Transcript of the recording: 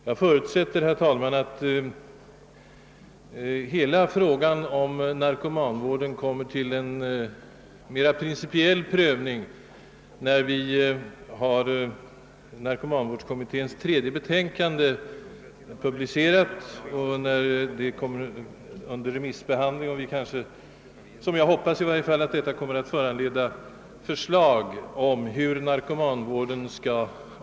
Jag förutsätter, herr talman, att hela frågan om narkomanvården skall tas upp till en mera principiell prövning sedan narkomanvårdskommitténs tredje betänkande publicerats och remissbehandlats, då som jag hoppas ett mera definitivt förslag kommer att framläggas beträffande organisationen av narkomanvården i vårt land.